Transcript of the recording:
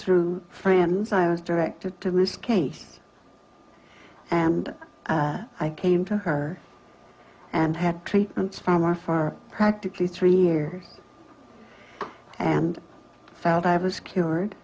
through friends i was directed to this case and i came to her and had treatments from war for practically three years and found i was cured